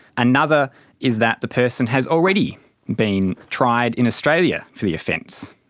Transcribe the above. another is that the person has already been tried in australia for the offence.